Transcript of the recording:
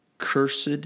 Cursed